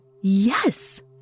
Yes